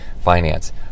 finance